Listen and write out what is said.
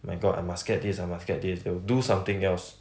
my god I must get this I must get this they'll do something else